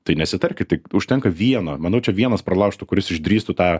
tai nesitarkit tik užtenka vieno manau čia vienas pralaužtų kuris išdrįstų tą